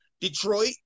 Detroit